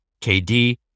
KD